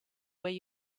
where